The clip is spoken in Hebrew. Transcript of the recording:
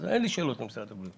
אז אין לי שאלות למשרד הבריאות.